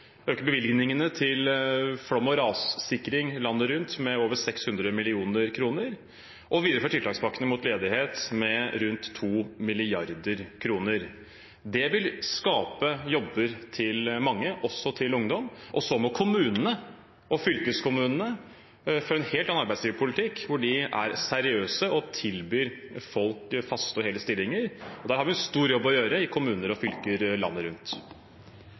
rassikring landet rundt med over 600 mill. kr og en videreføring av tiltakspakkene mot ledighet med rundt 2 mrd. kr. Det vil skape jobber til mange, også til ungdom, og så må kommunene og fylkeskommunene føre en helt annen arbeidslivspolitikk hvor de er seriøse og tilbyr folk faste og hele stillinger. Der har vi en stor jobb å gjøre i kommuner og fylker landet rundt.